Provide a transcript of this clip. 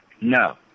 no